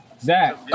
Zach